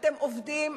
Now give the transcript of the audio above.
אתם עובדים,